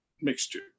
mixture